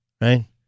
right